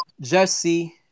Jesse